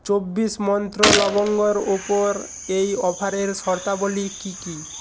চব্বিশ মন্ত্র লবঙ্গর ওপর এই অফারের শর্তাবলী কি কি